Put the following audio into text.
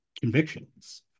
convictions